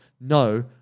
no